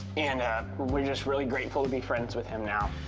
and we're just really grateful to be friends with him now.